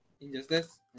injustice